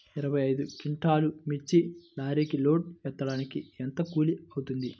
ఇరవై ఐదు క్వింటాల్లు మిర్చి లారీకి లోడ్ ఎత్తడానికి ఎంత కూలి అవుతుంది?